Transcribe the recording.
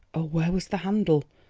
oh, where was the handle?